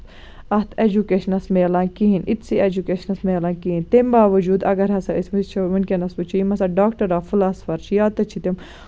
اَتھ ایٚجوٗکیشنَس میلان کِہیٖنٛۍ یِتھۍسٕے ایٚجوٗکیشنَس میلان کِہیٖنٛۍ تَمہِ باووٚجوٗد اَگر ہسا أسۍ وُچھو ؤنکیٚنَس وُچھو یِم ہسا ڈاکٹر آف فٔلاسفر چھِ یا تہِ چھِ تِم